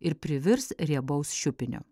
ir privirs riebaus šiupinio